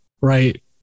right